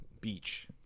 beach